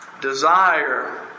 desire